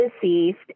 deceased